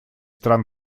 стран